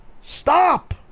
Stop